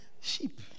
sheep